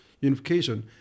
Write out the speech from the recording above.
unification